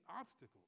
obstacles